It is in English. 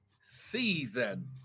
season